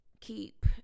keep